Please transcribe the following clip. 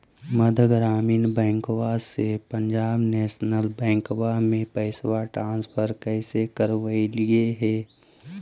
मध्य ग्रामीण बैंकवा से पंजाब नेशनल बैंकवा मे पैसवा ट्रांसफर कैसे करवैलीऐ हे?